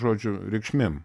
žodžių reikšmėm